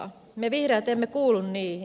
me vihreät emme kuulu niihin